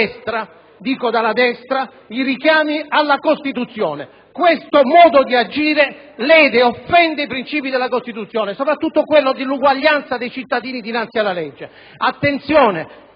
dalla destra, i richiami alla Costituzione. Questo modo di agire lede ed offende i principi della Costituzione, soprattutto quello dell'uguaglianza dei cittadini dinanzi alla legge.